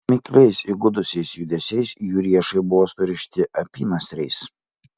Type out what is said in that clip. mikliais įgudusiais judesiais jų riešai buvo surišti apynasriais